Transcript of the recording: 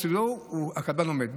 הקבלן עומד.